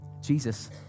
Jesus